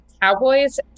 Cowboy's